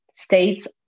States